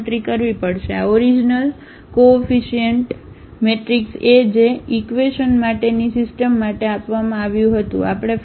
આપણે ગણતરી કરવી પડશે આ ઓરીજનલ કોઓફીશીઅન્ટ મેટ્રિક્સ એ જે ઈક્વેશન માટેની સિસ્ટમ માટે આપવામાં આવ્યું હતું